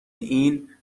این